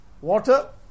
Water